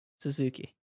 suzuki